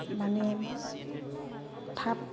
माने थाब